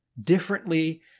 differently